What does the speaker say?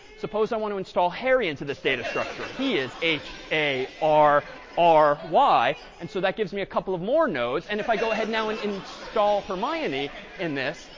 suppose i want to install harry into this data structure. he is h a r r y. and so that gives me a couple of more nodes. and if i go ahead now and install hermione in this,